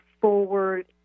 forward